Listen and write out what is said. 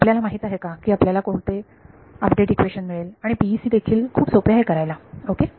आपल्याला माहित आहे का की आपल्याला कोणते अपडेट इक्वेशन मिळेल आणि PEC देखील खूप सोपे आहे करायला ओके